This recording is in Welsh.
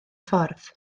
ffordd